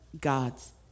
God's